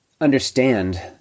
understand